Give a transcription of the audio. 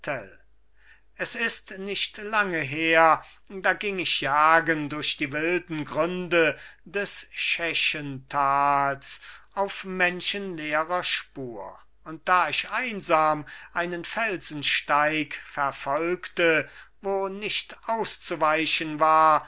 es ist nicht lange her da ging ich jagen durch die wilden gründe des schächentals auf menschenleerer spur und da ich einsam einen felsensteig verfolgte wo nicht auszuweichen war